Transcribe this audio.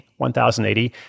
1080